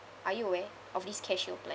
are you aware of this CareShield like